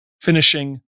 Finishing